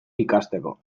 ikasteko